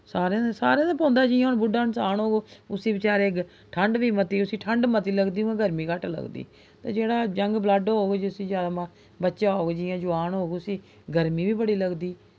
सारें दा सारें दा पौंदा जि'यां हून बुड्ढा इन्सान होग उसी बेचारे गी ठंड बी मती उसी ठंड मती लगदी उ'आं गर्मी घट्ट लगदी ते जेह्ड़ा यंग बलड होग जिसी जैदा बच्चा होग जि'यां जोआन होग उसी गर्मी बी बड़ी लगदी